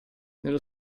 nello